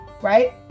right